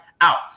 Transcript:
out